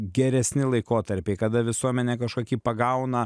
geresni laikotarpiai kada visuomenė kažkokį pagauna